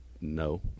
no